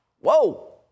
Whoa